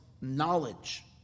knowledge